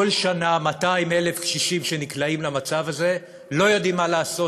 כל שנה 200,000 קשישים שנקלעים למצב הזה לא יודעים מה לעשות,